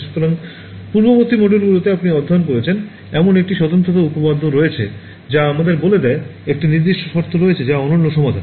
সুতরাং পূর্ববর্তী মডিউলগুলিতে আপনি অধ্যয়ন করেছেন এমন একটি স্বতন্ত্রতা উপপাদ্যও রয়েছে যা আমাদের বলে দেয় একটি নির্দিষ্ট শর্ত রয়েছে যা অনন্য সমাধান